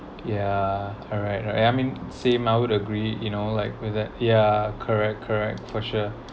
ya alright right I mean same I would agree you know like with the ya correct correct for sure